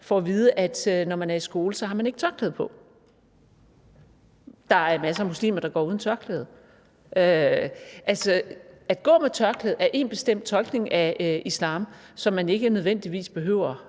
får at vide, at man, når man er i skole, ikke har tørklæde på. Der er masser af muslimer, der går uden tørklæde. At gå med tørklæde er en bestemt tolkning af islam, som man ikke nødvendigvis behøver